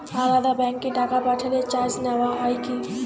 আলাদা ব্যাংকে টাকা পাঠালে চার্জ নেওয়া হয় কি?